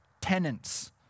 tenants